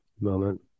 moment